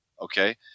Okay